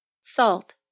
Salt